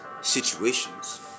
situations